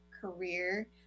career